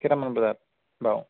কেইটামান বজাত বাৰু